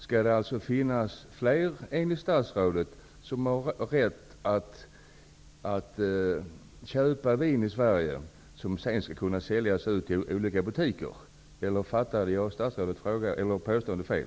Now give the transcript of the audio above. Skall det alltså enligt statsrådet finnas flera som skall ha rätt att köpa vin i Sverige för vidare försäljning till olika butiker? Eller uppfattade jag statsrådets påstående fel?